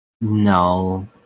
No